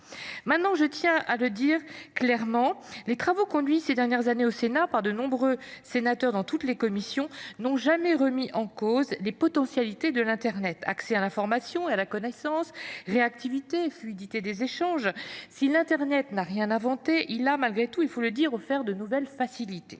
retard. Je tiens à le dire clairement : les travaux conduits ces dernières années au Sénat par de nombreux collègues, dans toutes les commissions, n’ont jamais remis en cause les potentialités de l’internet. Accès à l’information et à la connaissance, réactivité et fluidité des échanges : si l’internet n’a rien inventé, il a offert, il faut le dire, de nouvelles facilités.